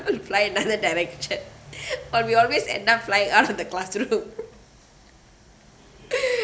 will fly another direction but we always end up flying out of the classroom